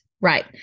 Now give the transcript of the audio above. right